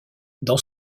dans